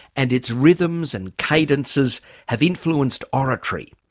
and its rhythms and cadences have influenced oratory,